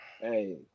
Hey